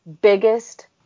biggest